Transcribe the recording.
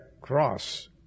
cross